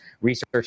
research